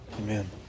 Amen